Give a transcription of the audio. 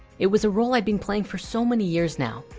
it was a role i've been playing for so many years now.